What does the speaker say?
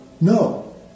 No